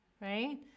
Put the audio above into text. right